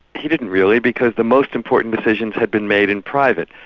he didn't really, because the most important decisions had been made in private,